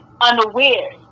unaware